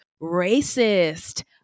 racist